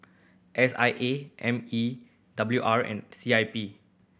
S I A M E W R and C I P